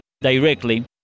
directly